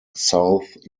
south